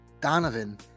Donovan